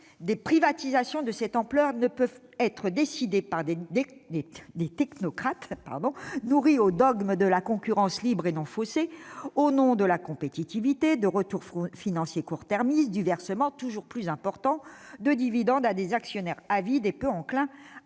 des privatisations de cette ampleur ne peuvent être décidées par des technocrates nourris aux dogmes de la concurrence libre et non faussée, au nom de la compétitivité, de retours financiers à court terme, du versement toujours plus important de dividendes à des actionnaires avides et peu enclins